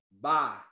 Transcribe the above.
Bye